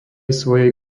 svojej